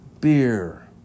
beer